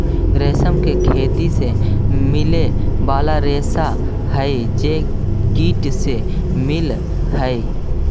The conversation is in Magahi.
रेशम के खेत से मिले वाला रेशा हई जे कीट से मिलऽ हई